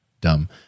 dumb